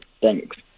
Thanks